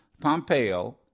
Pompeo